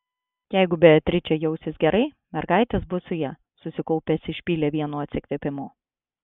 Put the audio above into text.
jeigu beatričė jausis gerai mergaitės bus su ja susikaupęs išpylė vienu atsikvėpimu